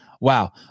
Wow